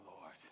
Lord